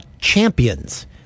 Champions